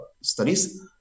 studies